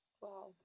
wow